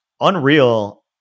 Unreal